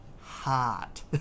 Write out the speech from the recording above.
Hot